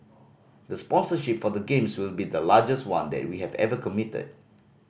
the sponsorship for the Games will be the largest one that we have ever committed